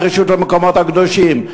הרשות למקומות קדושים.